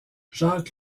jacques